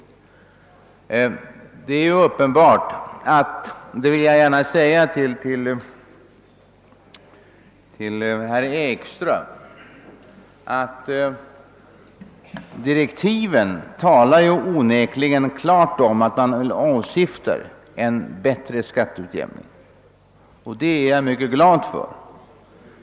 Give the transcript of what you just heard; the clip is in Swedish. Till herr Ekström vill jag säga att jag är glad för att det i direktiven klart sägs att man åsyftar en bättre skatteutjämning.